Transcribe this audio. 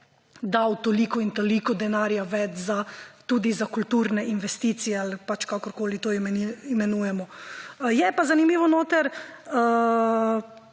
dal toliko in toliko denarja več tudi za kulturne investicije ali kakorkoli to imenujemo. Je pa zanimivo,